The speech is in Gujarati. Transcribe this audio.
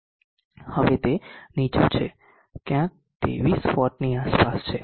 હવે તે નીચું છે ક્યાંક 23 વોટની આસપાસ છે